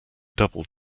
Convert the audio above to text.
double